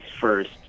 first